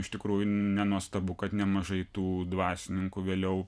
iš tikrųjų nenuostabu kad nemažai tų dvasininkų vėliau